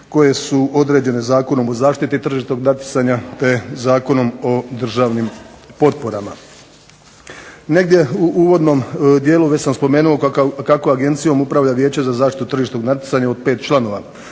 koje su određene Zakonom o zaštiti tržišnog natjecanja te Zakonom o državnim potporama. Negdje u uvodnom dijelu već sam spomenuo kako agencijom upravlja Vijeće za zaštitu tržišnog natjecanja od 5 članova